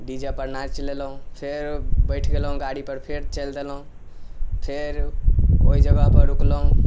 D J पर नाचि लेलहुँ फेर बैठ गेलहुँ गाड़ीपर फेर चलि देलहुँ फेर ओइ जगहपर रुकलहुँ